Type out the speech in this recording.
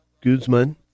Guzman